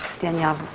daniel.